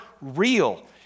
real